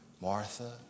Martha